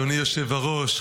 אדוני היושב-ראש,